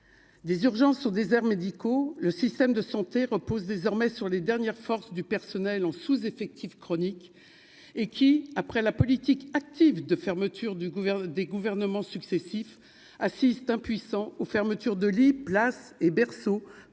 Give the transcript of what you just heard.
des urgences sont déserts médicaux : le système de santé repose désormais sur les dernières forces du personnel en sous-effectif chronique et qui après la politique active de fermeture du gouvernement des gouvernements successifs assistent impuissants aux fermetures de lits place et berceau